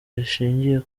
rishingiye